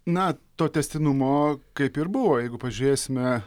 na to tęstinumo kaip ir buvo jeigu pažiūrėsime